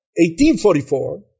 1844